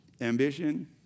ambition